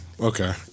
Okay